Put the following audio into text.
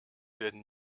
werden